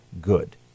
good